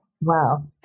Wow